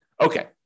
Okay